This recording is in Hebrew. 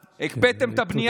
הקפאתם את הבנייה?